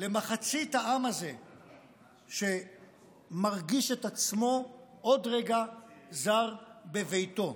למחצית העם הזה שמרגיש את עצמו עוד רגע זר בביתו.